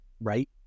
right